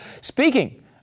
Speaking